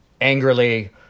angrily